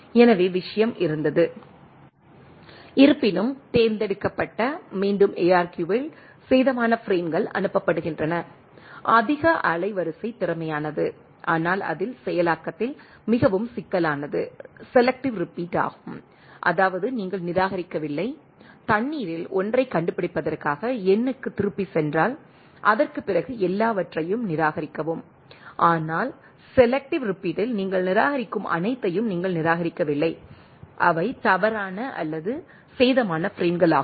எனவே விஷயம் இருந்தது இருப்பினும் தேர்ந்தெடுக்கப்பட்ட மீண்டும் ARQ இல் சேதமான பிரேம்கள் அனுப்பப்படுகின்றன அதிக அலைவரிசை திறமையானது ஆனால் அதில் செயலாக்கத்தில் மிகவும் சிக்கலானது செலெக்ட்டிவ் ரீபிட் ஆகும் அதாவது நீங்கள் நிராகரிக்கவில்லை தண்ணீரில் 1 ஐக் கண்டுபிடிப்பதற்காக N க்குத் திரும்பிச் சென்றால்அதற்குப் பிறகு எல்லாவற்றையும் நிராகரிக்கவும் ஆனால் செலெக்ட்டிவ் ரீபிட்டில் நீங்கள் நிராகரிக்கும் அனைத்தையும் நீங்கள் நிராகரிக்கவில்லை அவை தவறான அல்லது சேதமான பிரேம்கள் ஆகும்